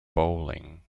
bolling